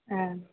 ஆ